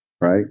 right